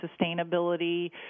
sustainability